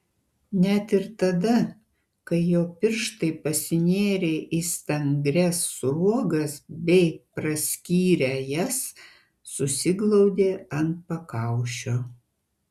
net ir tada kai jo pirštai pasinėrė į stangrias sruogas bei praskyrę jas susiglaudė ant pakaušio